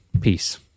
peace